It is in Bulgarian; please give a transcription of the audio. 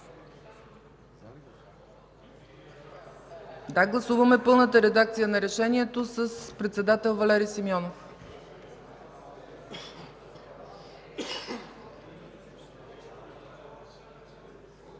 Гласуваме пълната редакция на Решението с председател Валери Симеонов.